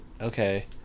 okay